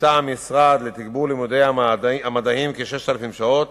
הקצה המשרד לתגבור לימודי המדעים כ-6,000 שעות,